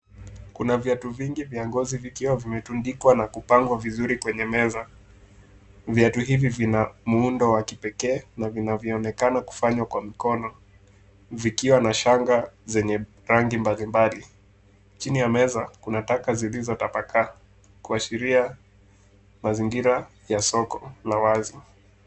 Kuna viatu vingi vya ngozi vikiwa vimetundikwa na kupangwa vizuri kwenye meza. Viatu hivi vina muundo wa kipekee na vinavyoonekana kufanywa kwa mkono vikiwa na shanga zenye rangi mbalimbali. Chini ya meza, kuna taka zilizotapakaa kuashiria mazingira ya soko la wazi.